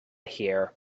here